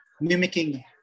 mimicking